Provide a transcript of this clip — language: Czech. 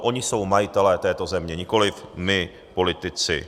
Oni jsou majitelé této země, nikoliv my politici.